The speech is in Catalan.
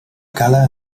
cala